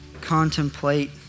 contemplate